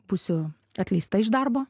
būsiu atleista iš darbo